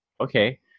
okay